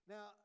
Now